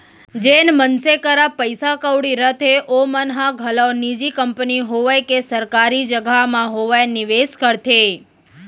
जेन मनसे करा पइसा कउड़ी रथे ओमन ह घलौ निजी कंपनी होवय के सरकारी जघा म होवय निवेस करथे